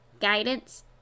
guidance